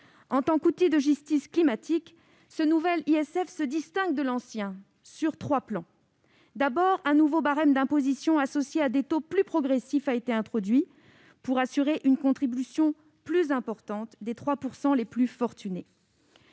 En tant qu'outil de justice climatique, ce nouvel ISF se distingue de l'ancien sur trois plans. D'abord, un nouveau barème d'imposition associé à des taux plus progressifs est introduit pour assurer une contribution plus importante des 3 % les plus fortunés.